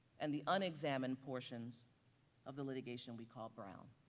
and the unexamined portions of the litigation we call brown.